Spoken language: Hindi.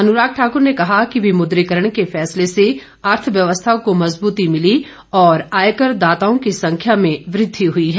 अनुराग ठाकुर ने कहा कि विमुद्रीकरण के फैसले से अर्थव्यवस्था को मजबूती मिली और आयकर दाताओं की संख्या में वृद्धि हुई है